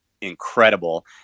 incredible